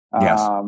Yes